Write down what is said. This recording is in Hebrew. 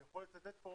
אני יכול לצטט פה